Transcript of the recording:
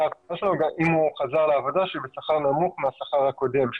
האבטלה שלו אם הוא חזר לעבודה שהיא בשכר נמוך מהשכר הקודם שלו.